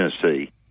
Tennessee